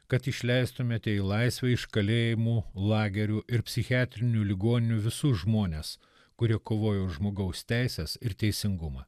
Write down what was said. kad išleistumėte į laisvę iš kalėjimų lagerių ir psichiatrinių ligoninių visus žmones kuri kovojo už žmogaus teises ir teisingumą